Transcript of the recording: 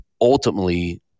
ultimately